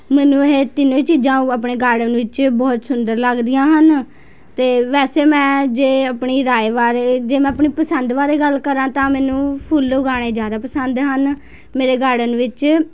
ਮੈਨੂੰ ਇਹ ਤਿੰਨੋਂ ਚੀਜ਼ਾਂ ਆਪਣੇ ਗਾਰਡਨ ਵਿੱਚ ਬਹੁਤ ਸੁੰਦਰ ਲੱਗਦੀਆਂ ਹਨ ਅਤੇ ਵੈਸੇ ਮੈਂ ਜੇ ਆਪਣੀ ਰਾਏ ਬਾਰੇ ਜੇ ਮੈਂ ਆਪਣੀ ਪਸੰਦ ਬਾਰੇ ਗੱਲ ਕਰਾਂ ਤਾਂ ਮੈਨੂੰ ਫੁੱਲ ਉਗਾਉਣੇ ਜ਼ਿਆਦਾ ਪਸੰਦ ਹਨ ਮੇਰੇ ਗਾਰਡਨ ਵਿੱਚ